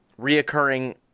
reoccurring